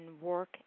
work